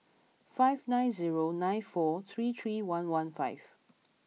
five nine zero nine four three three one one five